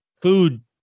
food